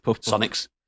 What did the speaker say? Sonic's